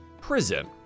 prison